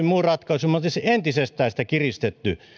muun ratkaisun me olisimme entisestään sitä kiristäneet